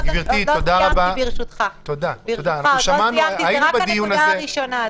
כי שאלו, אדוני.